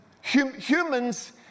Humans